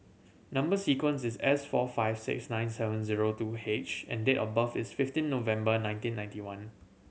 number sequence is S four five six nine seven zero two H and date of birth is fifteen November nineteen ninety one